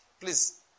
Please